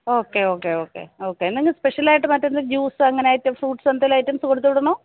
okay okay okay okay എന്നെങ്കിലും സ്പെഷലായിട്ട് മറ്റേ ജ്യൂസ് അങ്ങനെ ഐറ്റംസ് ഫ്രൂട്സ് എന്തേലും ഐറ്റംസ് കൊടുത്തുവിടണമോ